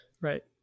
Right